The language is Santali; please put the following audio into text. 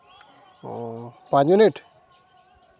ᱚ ᱯᱟᱸᱪ ᱢᱤᱱᱤᱴ